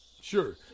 Sure